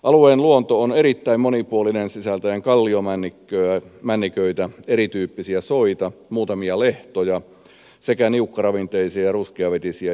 alueen luonto on erittäin monipuolinen sisältäen kalliomänniköitä erityyppisiä soita muutamia lehtoja sekä niukkaravinteisia ja ruskeavetisiä järviä